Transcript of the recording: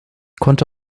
konnte